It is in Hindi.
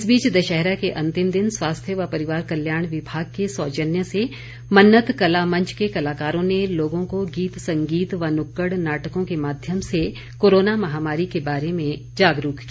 इस बीच दशहरा के अंतिम दिन स्वास्थ्य व परिवार कल्याण विभाग के सौजन्य से मन्नत कला मंच के कलाकारों ने लोगों को गीत संगीत व नुक्कड़ नाटकों के माध्यम से कोरोना महामारी के बारे में जागरूक किया